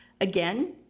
again